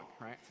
right